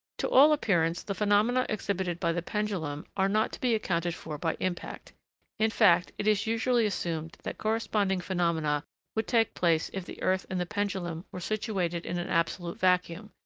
to all appearance, the phenomena exhibited by the pendulum are not to be accounted for by impact in fact, it is usually assumed that corresponding phenomena would take place if the earth and the pendulum were situated in an absolute vacuum,